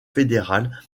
fédérale